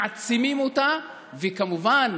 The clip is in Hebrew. מעצימים אותה, וכמובן,